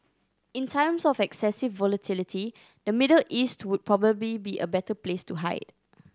in times of excessive volatility the Middle East would probably be a better place to hide